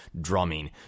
drumming